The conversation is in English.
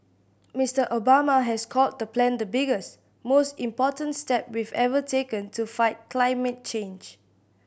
Mister Obama has called the plan the biggest most important step we've ever taken to fight climate change